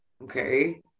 okay